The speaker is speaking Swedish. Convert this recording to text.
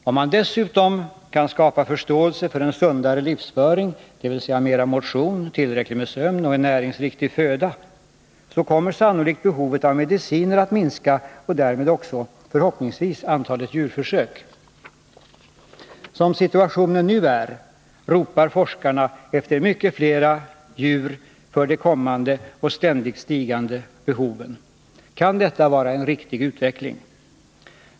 Om man dessutom kan skapa förståelse för en sundare livsföring, dvs. mera motion, tillräckligt med sömn och en näringsriktig föda — så kommer sannolikt behovet av mediciner att minska och därmed också förhoppningsvis antalet djurförsök. Som situationen nu är ropar forskarna efter mycket fler djur för de kommande och ständigt stigande behoven. Kan detta vara en riktig utveckling?